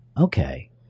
okay